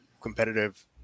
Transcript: competitive